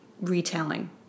retelling